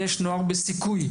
יש נוער בסיכוי,